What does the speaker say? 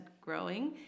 growing